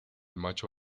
macho